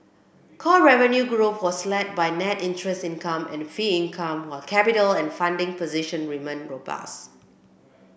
core revenue growth was led by net interest income and fee income while capital and funding position remain robust